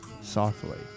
Softly